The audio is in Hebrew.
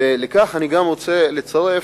לכך אני גם רוצה לצרף,